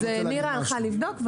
אז נירה הלכה לבדוק,